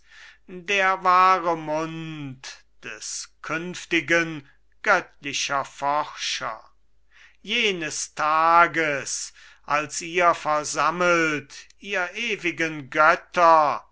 der wahre mund des künftigen göttlicher forscher jenes tages als ihr versammelt ihr ewigen götter